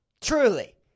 Truly